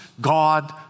God